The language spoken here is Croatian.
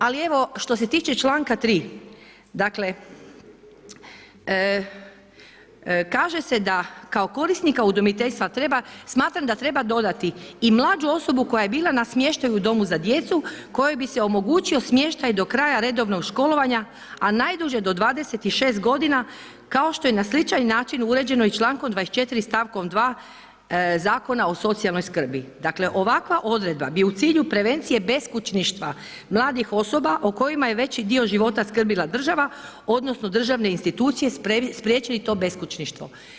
Ali evo, što se tiče članka 3. dakle, kaže se da kao korisnika udomiteljstva smatram da treba dodati: „i mlađu osobu koja je bila na smještaju u domu za djecu kojoj bi se omogućio smještaj do kraja redovnog školovanja, a najduže do 26 godina kao što je na sličan način uređeno i člankom 24. stavkom 2. Zakona o socijalnoj skrbi.“ Dakle, ovakva odredba bi u cilju prevencije beskućništva mladih osoba o kojima je veći dio života skrbila država odnosno državne institucije spriječili to beskućništvo.